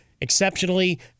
Exceptionally